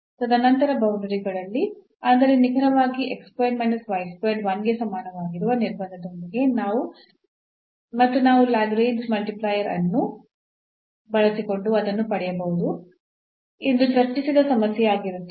ತದನಂತರ ಬೌಂಡರಿಗಳಲ್ಲಿ ಅಂದರೆ ನಿಖರವಾಗಿ 1 ಗೆ ಸಮಾನವಾಗಿರುವ ನಿರ್ಬಂಧದೊಂದಿಗೆ ಮತ್ತು ನಾವು ಲ್ಯಾಗ್ರೇಂಜ್ನ ಮಲ್ಟಿಪ್ಲೈಯರ್ Lagrange's multiplier ಅನ್ನು ಬಳಸಿಕೊಂಡು ಅದನ್ನು ಪಡೆಯಬಹುದು ಎಂದು ಚರ್ಚಿಸಿದ ಸಮಸ್ಯೆಯಾಗಿರುತ್ತದೆ